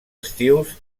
estius